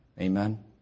Amen